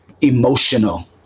emotional